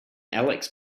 alex